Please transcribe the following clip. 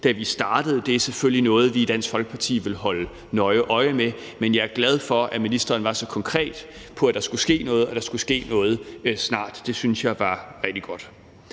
da vi startede. Det er selvfølgelig noget, vi i Dansk Folkeparti vil holde nøje øje med, men jeg er glad for, at ministeren var så konkret om, at der skulle ske noget, og at der skulle ske noget snart. Det synes jeg var rigtig godt.